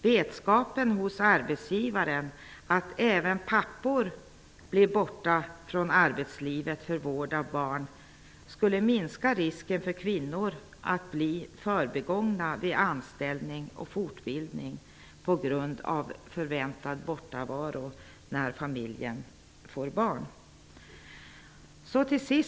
Vetskapen hos arbetsgivaren att även pappor kan bli borta från arbetslivet för vård av barn skulle minska risken för kvinnor att bli förbigångna vid anställning och fortbildning på grund av förväntad bortavaro när familjen får barn. Herr talman!